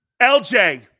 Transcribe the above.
LJ